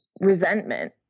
resentment